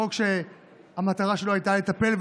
חוק שהמטרה שלו הייתה לטפל,